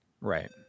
Right